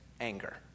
anger